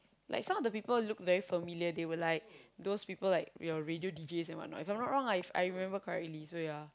like some of the people looked very familiar they were like those people like your radio D Js and whatnot if I'm not wrong lah If I remember correctly so ya